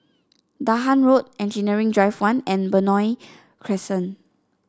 Dahan Road Engineering Drive One and Benoi Crescent